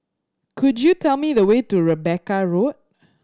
could you tell me the way to Rebecca Road